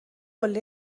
قله